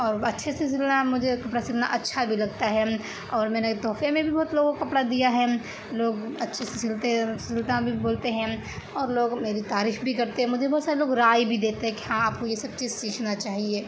اور اچھے سے سلنا مجھے کپڑا سلنا اچھا بھی لگتا ہے اور میں نے تحفے میں بھی بہت لوگوں کو کپڑا دیا ہے لوگ اچھے سے سلتے سلتا بھی بولتے ہیں اور لوگ میری تعریف بھی کرتے مجھے بہت سارے لوگ رائے بھی دیتے کہ ہاں آپ کو یہ سب چیز سیکھنا چاہیے